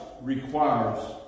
requires